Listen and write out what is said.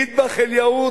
"אטבח אל-יהוד",